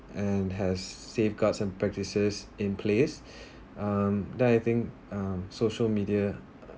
and has safeguards and practices in place um that I think um social media